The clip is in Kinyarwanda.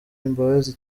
imbabazi